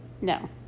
no